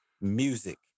music